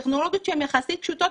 אלה טכנולוגיות שהן יחסית פשוטות,